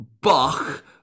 Bach